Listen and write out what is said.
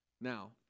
Now